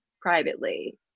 privately